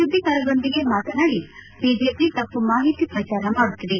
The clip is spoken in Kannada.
ಸುದ್ದಿಗಾರರೊಂದಿಗೆ ಮಾತನಾಡಿ ಬಿಜೆಪಿ ತಪ್ಪು ಮಾಹಿತಿ ಪ್ರಚಾರ ಮಾಡುತ್ತಿದೆ